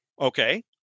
Okay